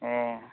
ꯑꯣ